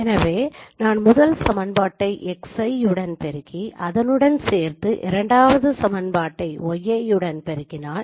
எனவே நான் முதல் சமன்பாட்டை x i உடன் பெருக்கி அதனுடன் சேர்த்து இரண்டாவது சமன்பாட்டை y i உடன் பெருக்கினால்